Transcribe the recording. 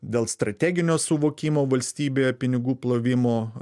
dėl strateginio suvokimo valstybėje pinigų plovimo